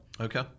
okay